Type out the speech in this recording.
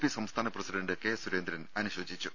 P സംസ്ഥാന president K Surendran അനുശോചിച്ചു